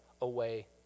away